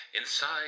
Inside